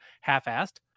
half-assed